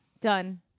Done